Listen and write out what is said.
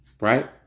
Right